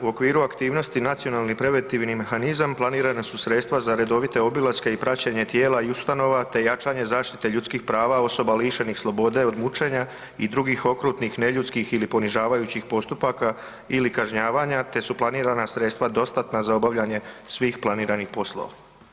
U okviru aktivnosti nacionalni i preventivni mehanizam planirana su sredstva za redovite obilaske i praćenje tijela i ustanova te jačanje zaštite ljudskih prava osoba lišenih slobode od mučenja i drugih okrutnih neljudskih ili ponižavajućih postupaka ili kažnjavanja te su planirana sredstva dostatna za obavljanje svih planiranih poslova.